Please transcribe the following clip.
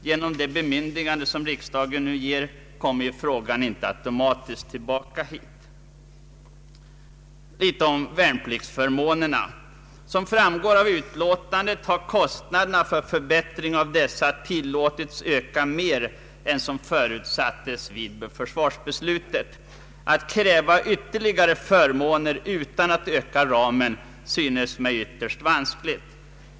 Genom det bemyndigande som riksdagen nu ger kommer ju frågan inte automatiskt tillbaka hit. Litet om värnpliktsförmånerna! Som framgår av utlåtandet har kostnaderna för förbättring av dessa tillåtits öka mer än som förutsattes vid försvarsbeslutet. Att kräva ytterligare förmåner utan att öka ramen synes mig ytterst vanskligt.